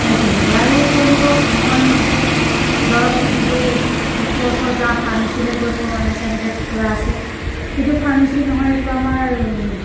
সেইখিনিকে আৰু তেওঁলোকক সময়মতে দৰবটো দিবই লাগিব ডক্টৰৰ ওচৰত যাওঁ ফাৰ্মেচিলৈ গৈ কওঁ এনেকৈ এনেকৈ কুকুৰা আছে এইটো ফাৰ্মেচি নহয় এইটো আমাৰ